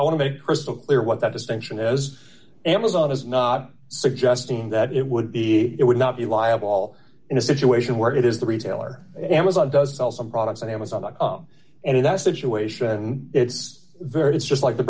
to make crystal clear what that distinction is amazon is not suggesting that it would be it would not be liable in a situation where it is the retailer amazon does sell some products and amazon dot com and in that situation it's very it's just like the